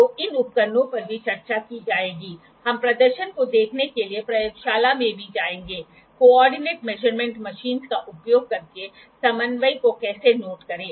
तो इन उपकरणों पर भी चर्चा की जाएगी हम प्रदर्शन को देखने के लिए प्रयोगशाला में भी जाएंगे समन्वय माप मशीनों का उपयोग करके समन्वय को कैसे नोट करें